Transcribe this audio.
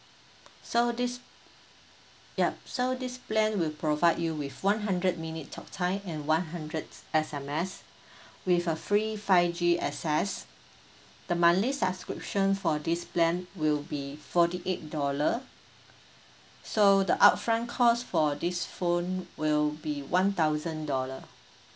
so this yup so this plan will provide you with one hundred minute talk time and one hundreds S_M_S with a free five G access the monthly subscription for this plan will be forty eight dollar so the upfront cost for this phone will be one thousand dollar